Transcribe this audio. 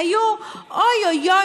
היו: אוי אוי אוי,